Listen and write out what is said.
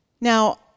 Now